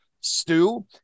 stew